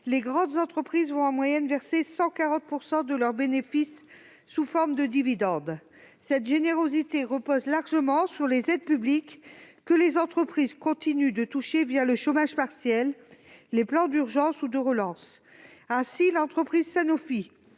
les grandes entreprises ont, en moyenne, versé 140 % de leurs bénéfices sous forme de dividendes. Cette générosité repose largement sur les aides publiques que les entreprises continuent de toucher le chômage partiel, les plans d'urgence ou de relance. Ainsi l'entreprise Sanofi